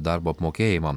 darbo apmokėjimą